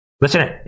Listen